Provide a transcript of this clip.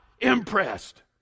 impressed